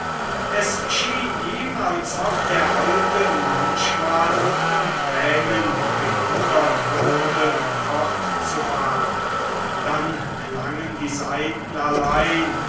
es schien ihm als ob der alte manchmal von tränen gehindert würde fortzufahren dann klangen die saiten allein